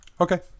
Okay